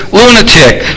lunatic